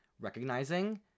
recognizing